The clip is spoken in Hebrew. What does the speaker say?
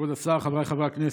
כבוד השר, חבריי חברי הכנסת,